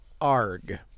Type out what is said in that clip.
Arg